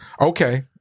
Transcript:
Okay